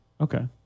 Okay